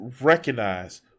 recognize